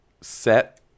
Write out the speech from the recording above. set